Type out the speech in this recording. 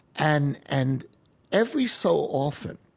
and and every so often